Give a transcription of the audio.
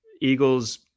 Eagles